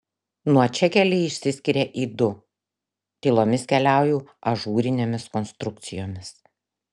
nuo čia keliai išsiskiria į du tylomis keliauju ažūrinėmis konstrukcijomis